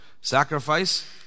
sacrifice